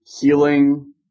healing